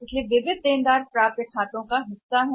इसलिएऋणी प्राप्य खातों के हिस्से हैं